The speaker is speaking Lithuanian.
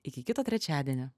iki kito trečiadienio